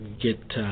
get